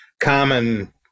common